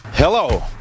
Hello